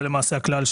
זה הכלל,